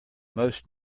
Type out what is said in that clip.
most